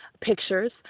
pictures